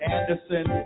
Anderson